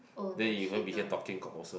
then you won't be here talking cock also